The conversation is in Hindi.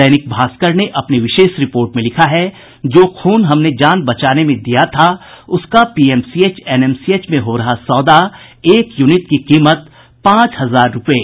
दैनिक भास्कर ने अपनी विशेष रिपोर्ट में लिखा है जो खून हमने जान बचाने में दिया था उसका पीएमसीएच एनएमसीएच में हो रहा सौदा एक यूनिट की कीमत पांच हजार रूपये